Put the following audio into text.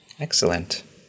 Excellent